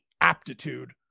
aptitude